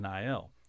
NIL